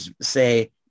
say